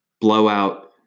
Blowout